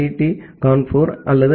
D Kanpur அல்லது ஐ